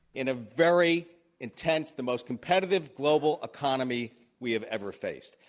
in a very intense the most competitive global economy we have ever faced.